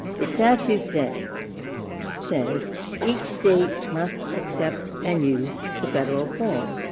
the statute said says each state must accept and use the federal form,